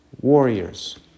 warriors